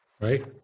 right